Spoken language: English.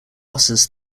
losses